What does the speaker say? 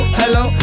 hello